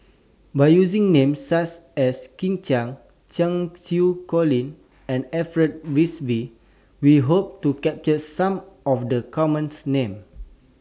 By using Names such as Kit Chan Cheng Xinru Colin and Alfred Frisby We Hope to capture Some of The Common Names